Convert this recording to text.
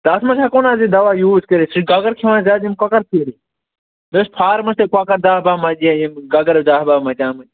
تَتھ منٛز ہٮ۪کو نہَ حظ یہِ دوا یوٗز کٔرِتھ کۄگر کھ۪وان زیادٕ یِم کۄکر فیٖڈٕے بہٕ حظ فارمَس تہِ کۄکَر دَہ باہ متے یِم گگر دَہ باہ مَتیمٕتۍ